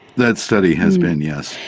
that study has been, yes.